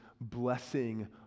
blessing